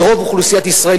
ורוב אוכלוסיית ישראל,